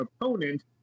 opponent